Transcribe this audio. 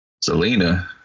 Selena